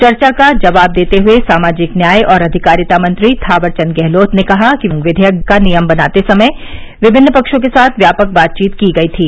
चर्चा का जवाब देते हुए सामाजिक न्याय और अधिकारिता मंत्री थावरचंद गहलोत ने कहा कि विधेयक का नियम बनाते समय विभिन्न पक्षों के साथ व्यापक बातचीत की गयी थी